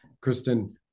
Kristen